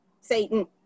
Satan